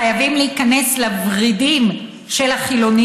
חייבים להיכנס לוורידים של החילונים